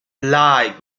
light